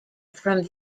from